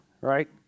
right